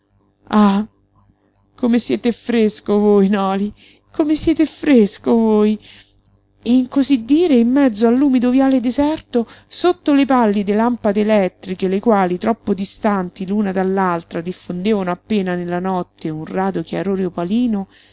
come siete ffresco voi noli come siete ffresco voi e in cosí dire in mezzo all'umido viale deserto sotto le pallide lampade elettriche le quali troppo distanti l'una dall'altra diffondevano appena nella notte un rado chiarore opalino